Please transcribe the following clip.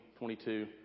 22